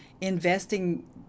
investing